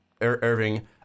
Irving